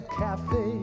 cafe